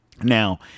Now